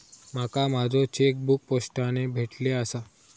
माका माझो चेकबुक पोस्टाने भेटले आसा